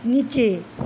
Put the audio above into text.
নীচে